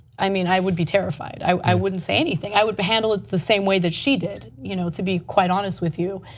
i mean i would be terrified. i wouldn't say anything. i would handle it the same way that she did, you know to be quite honest with you.